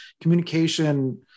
communication